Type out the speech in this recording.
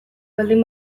baldin